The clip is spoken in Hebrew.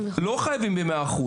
לא חייבים ב-100%,